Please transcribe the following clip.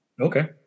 Okay